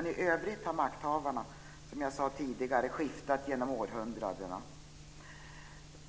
I övrigt har makthavarna, som jag sade tidigare, skiftat genom århundradena.